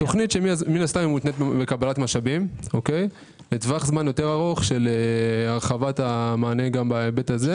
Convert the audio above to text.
היא מותנית בקבלת משאבים לטווח זמן יותר ארוך של הרחבת המענה בהיבט הזה.